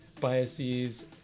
biases